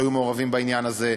שהיו מעורבים בעניין הזה,